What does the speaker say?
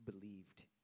believed